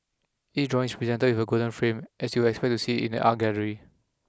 each drawing is presented within a gold frame as you would expect to see in an art gallery